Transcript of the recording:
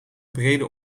brede